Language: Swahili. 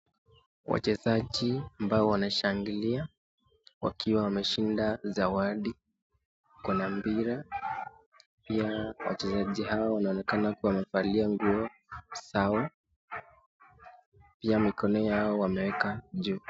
Wachezaji ambao wanashangilia wakiwa wameshinda zawadi. Kuna mpira, pia wachezaji hao wanaonekana kuwa wamevalia nguo sawa. Pia mikono yao wameweka juu.